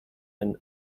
and